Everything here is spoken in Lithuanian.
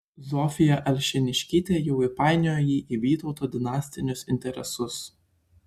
zofija alšėniškytė jau įpainiojo jį į vytauto dinastinius interesus